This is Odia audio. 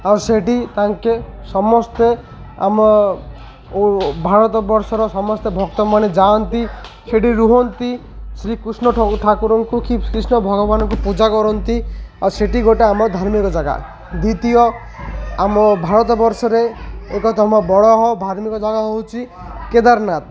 ଆଉ ସେଠି ତାଙ୍କେ ସମସ୍ତେ ଆମ ଭାରତବର୍ଷର ସମସ୍ତେ ଭକ୍ତମାନେ ଯାଆନ୍ତି ସେଠି ରୁହନ୍ତି ଶ୍ରୀକୃଷ୍ଣ ଠାକୁରଙ୍କୁ କି କୃଷ୍ଣ ଭଗବାନଙ୍କୁ ପୂଜା କରନ୍ତି ଆଉ ସେଠି ଗୋଟେ ଆମ ଧାର୍ମିକ ଜାଗା ଦ୍ୱିତୀୟ ଆମ ଭାରତବର୍ଷରେ ବଡ଼ ଧାର୍ମିକ ଜାଗା ହେଉଛି କେଦାରନାଥ